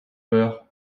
peur